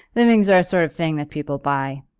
livings are a sort of thing that people buy.